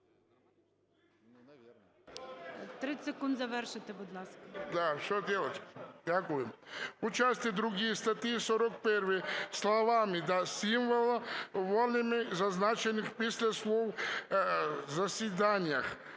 30 секунд завершити, будь ласка.